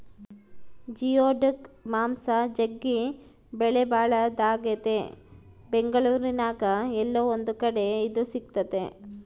geoduck ಮಾಂಸ ಜಗ್ಗಿ ಬೆಲೆಬಾಳದಾಗೆತೆ ಬೆಂಗಳೂರಿನ್ಯಾಗ ಏಲ್ಲೊ ಒಂದು ಕಡೆ ಇದು ಸಿಕ್ತತೆ